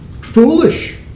foolish